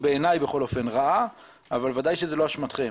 בעיניי היא רעה אבל ודאי שזה לא אשמתכם.